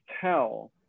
tell